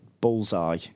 Bullseye